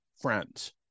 friends